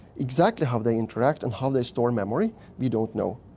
exactly how they interact and how they store memory we don't know,